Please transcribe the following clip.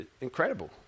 Incredible